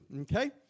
Okay